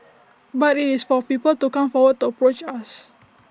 but IT is for people to come forward to approach us